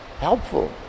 helpful